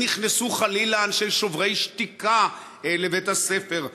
נכנסו חלילה אנשי "שוברים שתיקה" לבית-הספר,